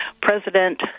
president